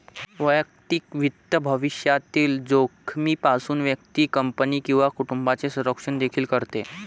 वैयक्तिक वित्त भविष्यातील जोखमीपासून व्यक्ती, कंपनी किंवा कुटुंबाचे संरक्षण देखील करते